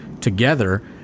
together